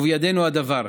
ובידינו הדבר.